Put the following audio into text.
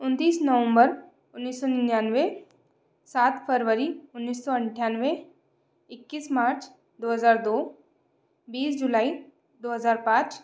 उनतीस नवंबर उन्नीस सौ निन्यानवे सात फरवरी उन्नीस सौ अट्ठानवे इक्कीस मार्च दो हज़ार दो बीस जुलाई दो हज़ार पाँच